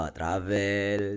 travel